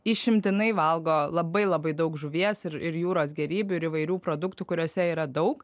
išimtinai valgo labai labai daug žuvies ir ir jūros gėrybių ir įvairių produktų kuriuose yra daug